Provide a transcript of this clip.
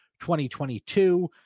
2022